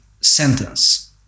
sentence